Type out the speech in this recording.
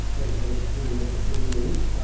hey, we're gonna continue with some good news.